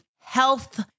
health